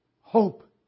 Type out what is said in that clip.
Hope